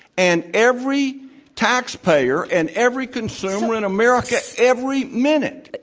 and every taxpayer, and every consumer in america, every minute. but